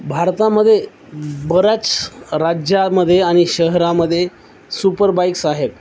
भारतामध्ये बऱ्याच राज्यामध्ये आणि शहरामध्ये सुपरबाईक्स आहेत